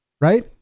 right